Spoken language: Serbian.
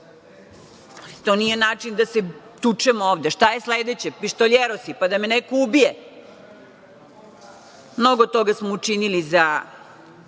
to nije način da se tučemo ovde. Šta je sledeće? Pištoljerosi, pa da me neko ubije. Mnogo toga smo učinili od